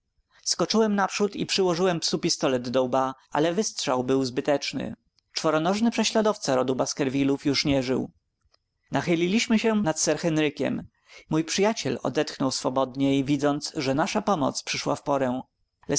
skoczyłem naprzód i przyłożyłem psu pistolet do łba ale wystrzał był zbyteczny czworonożny prześladowca rodu baskervillów już nie żył nachyliliśmy się nad sir henrykiem mój przyjaciel odetchnął swobodniej widząc że nasza pomoc przyszła w porę